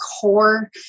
core